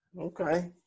Okay